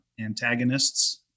antagonists